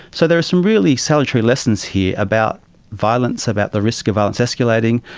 so there are some really salutary lessons here about violence, about the risk of violence escalating,